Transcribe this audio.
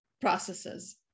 processes